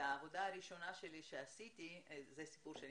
העבודה הראשונה שעשיתי זה סיפור שאני